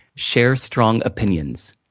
share strong opinions.